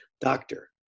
doctor